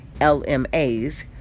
LMAs